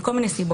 מכל מיני סיבות.